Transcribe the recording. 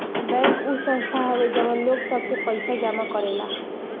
bank उ संस्था हवे जवन लोग सब के पइसा जमा करेला